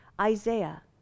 Isaiah